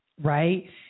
right